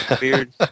Beard